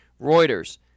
Reuters